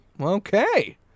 Okay